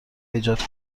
ایجاد